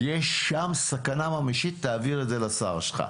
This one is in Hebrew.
יש שם סכנה ממשית, תעביר את זה לשר שלך.